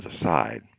aside